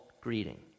greeting